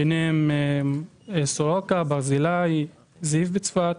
ביניהם סורוקה, ברזילי, זיו בצפת,